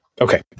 Okay